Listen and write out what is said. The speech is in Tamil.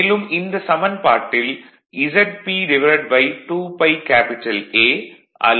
மேலும் இந்த சமன்பாட்டில் ZP2πA அல்லது 0